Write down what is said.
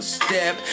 step